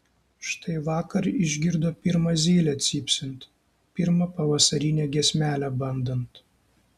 štai vakar išgirdo pirmą zylę cypsint pirmą pavasarinę giesmelę bandant